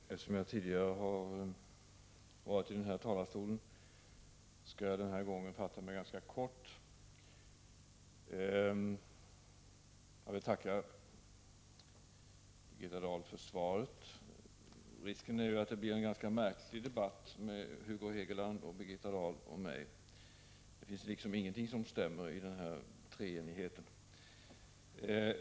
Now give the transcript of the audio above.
Herr talman! Eftersom jag tidigare i dag har varit uppe i denna talarstol, skall jag den här gången fatta mig ganska kort. Jag vill tacka Birgitta Dahl för svaret. Risken är ju att det blir en ganska märklig debatt, med Hugo Hegeland, Birgitta Dahl och mig. Det finns liksom ingenting som stämmer i denna treenighet.